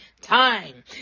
time